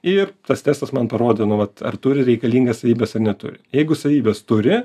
ir tas testas man parodo nu vat ar turi reikalingas savybes ar neturi jeigu savybes turi